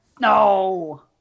No